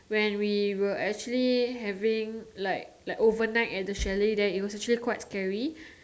when we were actually having like like overnight at the chalet there it was actually quite scary